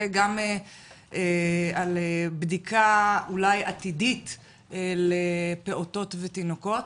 וגם על בדיקה אולי עתידית לפעוטות ותינוקות.